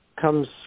comes